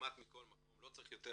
כמעט מכל מקום, לא צריך יותר